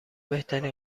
بهترین